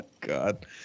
God